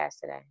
today